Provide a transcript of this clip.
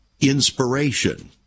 inspiration